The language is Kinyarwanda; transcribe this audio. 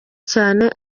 cyane